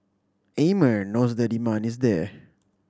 Amer knows the demand is there